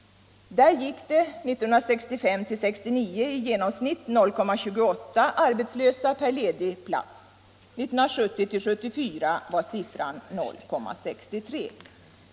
Där gick det 1965-1969 i genomsnitt 0,28 arbetslösa per ledig plats. Perioden 1970-1974 var siffran 0,63.